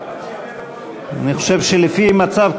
אני חושב שלפי המצב,